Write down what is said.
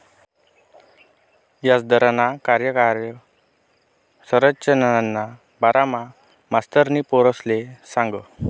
याजदरना कार्यकाय संरचनाना बारामा मास्तरनी पोरेसले सांगं